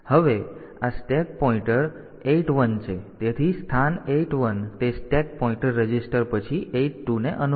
હવે આ stack pointer તેથી આ 81 છે તેથી સ્થાન 81 તે સ્ટેક પોઇન્ટર રજીસ્ટર પછી 8 2 ને અનુરૂપ છે